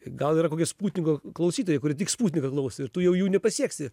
gal yra kokie sputniko klausytojai kurie tik sputniką klauso ir tu jau jų nepasieksi